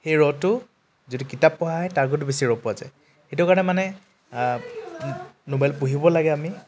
সেই ৰসটো যদি কিতাপ পঢ়া হয় তাৰ বহুত বেছি ৰস পোৱা যায় সেইটো কাৰণে মানে ন'ভেল পঢ়িব লাগে আমি